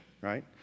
right